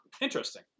interesting